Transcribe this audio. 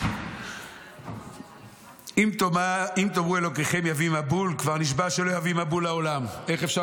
באו עם בגריס הרשע ואמר